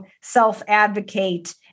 self-advocate